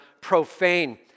profane